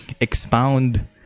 expound